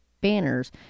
banners